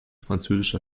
französischer